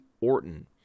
Orton